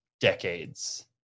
decades